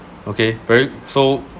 okay very so